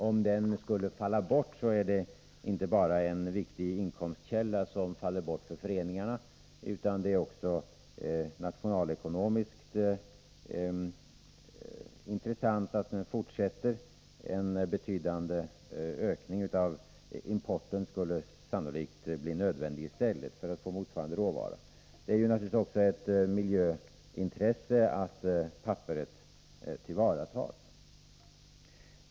Om den skulle falla bort är det inte bara en viktig inkomstkälla för föreningarna som faller bort; det är också nationalekonomiskt intressant att pappersinsamlingen fortsätter — en betydande ökning av importen skulle sannolikt annars bli nödvändig för att få motsvarande råvara. Det är naturligtvis också ett miljöintresse att papperet tillvaratas.